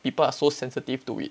people are so sensitive to it